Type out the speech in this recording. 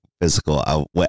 physical